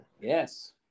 Yes